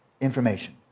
information